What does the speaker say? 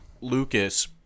Lucas